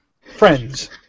Friends